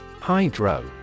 Hydro